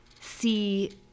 see